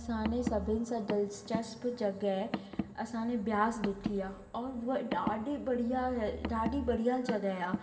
असां ने सभिनि सां दिलचस्पु जॻह असां ने ब्यास ॾिठी आहे और हूअ ॾाढी बढ़िया ॾाढी बढ़िया जॻह आहे